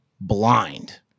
blind